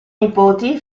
nipoti